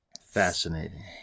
Fascinating